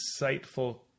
insightful